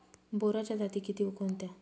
बोराच्या जाती किती व कोणत्या?